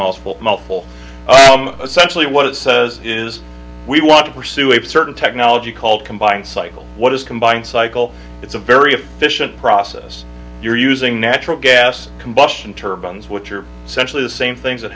multiple multiple essentially what it says is we want to pursue a certain technology called combined cycle what is combined cycle it's a very efficient process you're using natural gas combustion turbines which are essentially the same things that